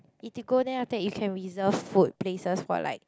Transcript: Eatigo then after you can reserve food places for like